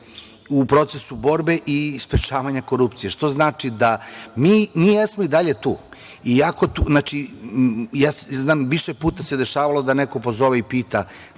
u procesu borbe i sprečavanja korupcije, što znači da mi jesmo i dalje tu. Znači, ja znam više puta se dešavalo da neko pozove i pita